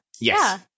Yes